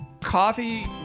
Coffee